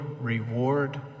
reward